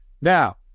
Now